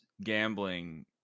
gambling